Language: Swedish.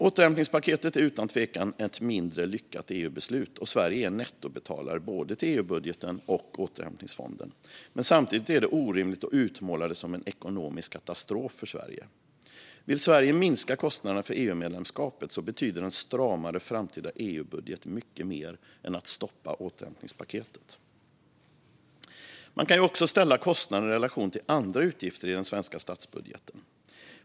Återhämtningspaketet är utan tvivel ett mindre lyckat EU-beslut, och Sverige är nettobetalare till både EU-budgeten och återhämtningsfonden. Men samtidigt är det orimligt att utmåla det som en ekonomisk katastrof för Sverige. Vill Sverige minska kostnaderna för EU-medlemskapet betyder en stramare framtida EU-budget mycket mer än att stoppa återhämtningspaketet. Man kan också ställa kostnaden i relation till andra utgifter i den svenska statsbudgeten.